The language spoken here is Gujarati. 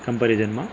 કમ્પૅરિઝનમાં